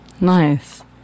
Nice